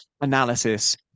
analysis